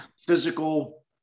physical